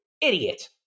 Idiot